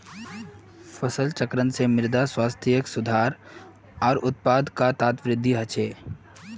फसल चक्रण से मृदा स्वास्थ्यत सुधार आर उत्पादकतात वृद्धि ह छे